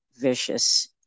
vicious